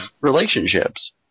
relationships